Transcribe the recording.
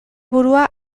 burua